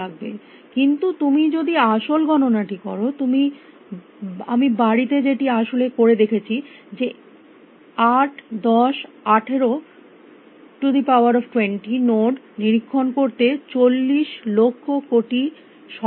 কিন্তু তুমি যদি আসল গণনাটি কর আমি বাড়িতে যেটি আসলে করে দেখেছি যে 8 10 1820 নোড নিরীক্ষণ করতে 40 লক্ষ্য কোটি শতাব্দী লাগে